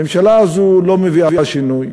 הממשלה הזאת לא מביאה שינוי,